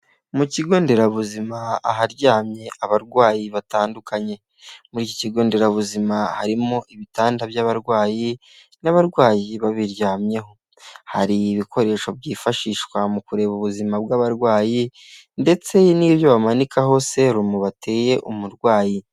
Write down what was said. Mu kigo nderabuzima aharyamye abarwayi batandukanye muri iki kigo nderabuzima harimo ibitanda by'abarwayi; n'abarwayi babiryamyeho, hari ibikoresho byifashishwa mu kureba ubuzima bw'abarwayi ndetse n'ibyo bamanikaho serumu bateye umurwayi.